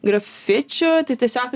grafičiu tai tiesiog